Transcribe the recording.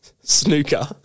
snooker